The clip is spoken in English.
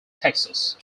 texas